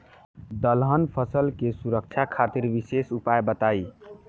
दलहन फसल के सुरक्षा खातिर विशेष उपाय बताई?